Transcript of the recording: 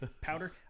Powder